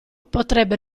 potrebbe